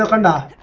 and